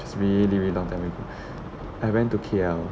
that's really really long time I went to K_L